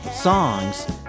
songs